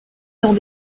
dans